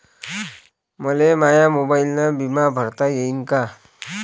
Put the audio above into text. मले माया मोबाईलनं बिमा भरता येईन का?